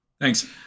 Thanks